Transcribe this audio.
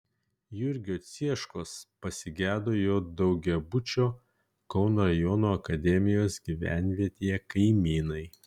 jurgio cieškos pasigedo jo daugiabučio kauno rajono akademijos gyvenvietėje kaimynai